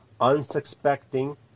Unsuspecting